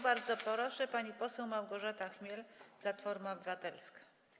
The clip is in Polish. Bardzo proszę, pani poseł Małgorzata Chmiel, Platforma Obywatelska.